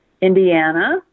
Indiana